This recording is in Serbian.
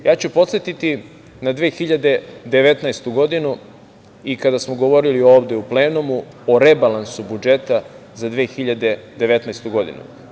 Ja ću podsetiti na 2019. godinu i kada smo govorili ovde u plenumu o rebalansu budžeta za 2019. godinu.